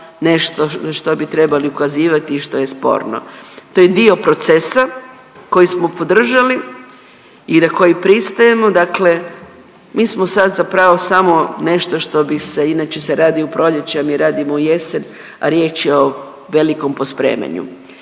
nešto što bi trebali ukazivati i što je sporno. To je dio procesa koji smo podržali i na koji pristajemo, dakle mi smo sad zapravo samo nešto što bi se, inače se radi u proljeće, mi radimo u jesen, a riječ je o velikom pospremanju.